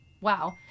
Wow